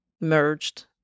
merged